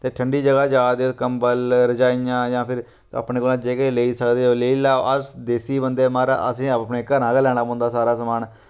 ते ठण्डी जगह् जा दे कम्बल रजाइयां जां फिर अपने कोला जे किश लेई सकदे ओह् लेई लैओ अस देसी बंदे महाराज़ असें अपने घरा गै लैना पौंदा सारा समान